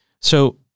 So-